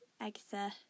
Agatha